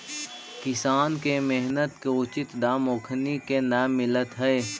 किसान के मेहनत के उचित दाम ओखनी के न मिलऽ हइ